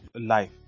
life